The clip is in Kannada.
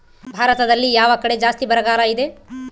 ಭಾರತದಲ್ಲಿ ಯಾವ ಕಡೆ ಜಾಸ್ತಿ ಬರಗಾಲ ಇದೆ?